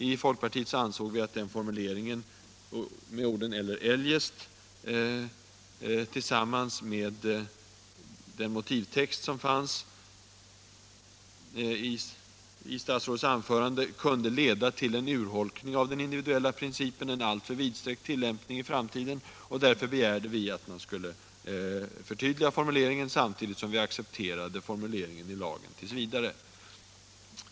I folkpartiet ansåg vi att formuleringen ”eller eljest” tillsammans med den motivtext som fanns i statsrådets anförande kunde leda till en urholkning av den individuella principen och en alltför vidsträckt tillämpning i framtiden. Därför begärde vi att man skulle förtydliga formuleringen, samtidigt som vi accepterade den i lagen t. v.